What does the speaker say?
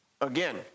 again